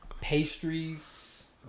Pastries